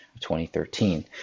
2013